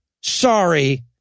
sorry